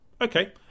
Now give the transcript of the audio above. Okay